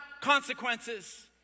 consequences